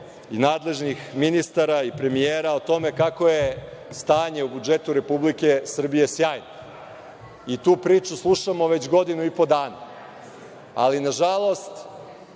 i nadležnih ministara i premijera, o tome kako je stanje u budžetu Republike Srbije sjajno i tu priču slušamo već godinu i po dana, ali nažalost